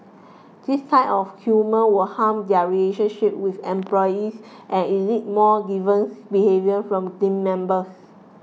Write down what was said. this kind of humour will harm their relationship with employees and elicit more deviant behaviour from team members